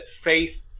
faith